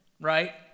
right